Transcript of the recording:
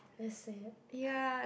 just say it